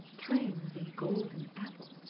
playing with a golden apple.